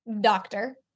doctor